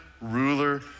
ruler